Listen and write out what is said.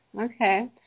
Okay